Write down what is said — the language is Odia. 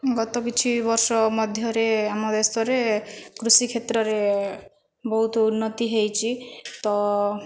ଗତ କିଛି ବର୍ଷ ମଧ୍ୟରେ ଆମ ଦେଶରେ କୃଷି କ୍ଷେତ୍ରରେ ବହୁତ ଉନ୍ନତି ହୋଇଛି ତ